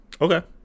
Okay